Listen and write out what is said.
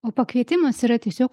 o pakvietimas yra tiesiog